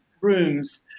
rooms